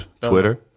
Twitter